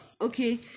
Okay